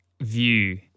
view –